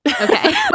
Okay